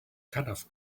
cutoff